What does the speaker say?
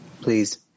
Please